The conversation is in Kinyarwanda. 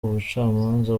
ubucamanza